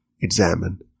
examine